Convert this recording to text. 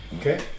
Okay